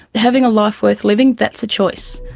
having a life worth living, that's a choice.